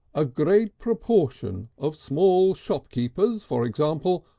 a great proportion of small shopkeepers, for example,